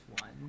one